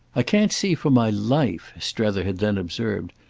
i can't see for my life, strether had then observed,